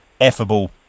affable